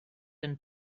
and